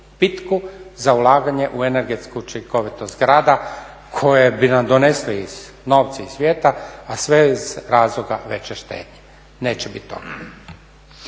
za ulaganje u energetsku učinkovitost grada koje bi nam donijelo novce iz svijeta a sve iz razloga veće štednje. **Batinić,